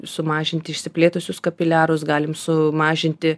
sumažinti išsiplėtusius kapiliarus galim sumažinti